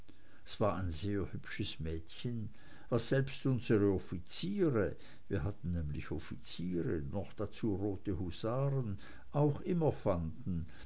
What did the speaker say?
es war ein sehr hübsches mädchen was selbst unsere offiziere wir hatten nämlich offiziere noch dazu rote husaren auch immer fanden